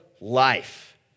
life